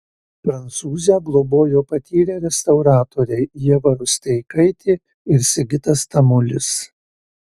prancūzę globojo patyrę restauratoriai ieva rusteikaitė ir sigitas tamulis